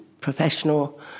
professional